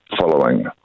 following